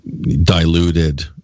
diluted